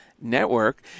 network